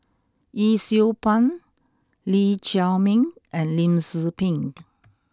Yee Siew Pun Lee Chiaw Meng and Lim Tze Peng